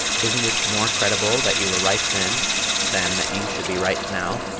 isn't it more credible that you were right then than that you should be right now?